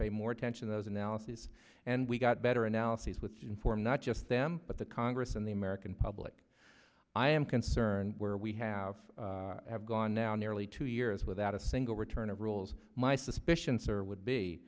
pay more attention those analyses and we got better analyses with inform not just them but the congress and the american public i am concerned where we have gone now nearly two years without a single return of rules my suspicion sir would be